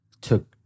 took